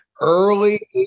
early